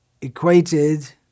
equated